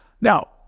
Now